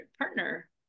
partner